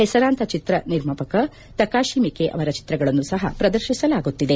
ಹೆಸರಾಂತ ಚಿತ್ರ ನಿರ್ಮಾಪಕ ತಕಾಶಿ ಮಿಕೆ ಅವರ ಚಿತ್ರಗಳನ್ನು ಸಹ ಪ್ರದರ್ಶಿಸಲಾಗುತ್ತಿದೆ